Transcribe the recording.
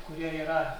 kurie yra